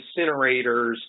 incinerators